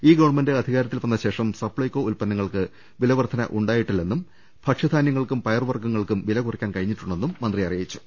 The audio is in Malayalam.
ഈ ഗവൺമെന്റ് അധികാ രത്തിൽ വന്ന ശേഷം സപ്ലൈകൊ ഉത്പന്നങ്ങൾക്ക് വില വർധന ഉണ്ടായി ട്ടില്ലെന്നും ഭക്ഷ്യധാന്യങ്ങൾക്കും പയറുവർഗങ്ങൾക്കും വില കുറയ്ക്കാൻ കഴിഞ്ഞിട്ടുണ്ടെന്നും മന്ത്രി അറിയിച്ചു